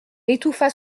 étouffa